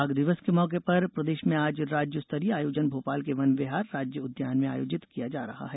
बाघ दिवस के मौके पर प्रदेश में आज राज्य स्तरीय आयोजन भोपाल के वन विहार राज्य उद्यान में आयोजित किया जा रहा है